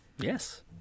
Yes